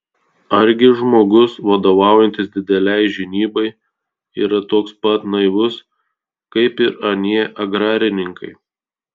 argi žmogus vadovaujantis didelei žinybai yra toks pat naivus kaip ir anie agrarininkai